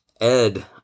Ed